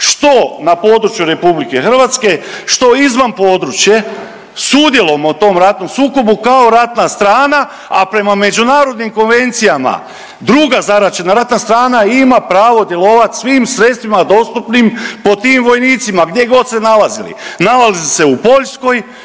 što na području RH, što izvan područja sudjelujemo u tom ratnom sukobu kao ratna strana, a prema međunarodnim konvencijama druga zaraćena ratna strana ima pravo djelovat svim sredstvima dostupnim po tim vojnicima gdje god se nalazili, nalazili se u Poljskoj,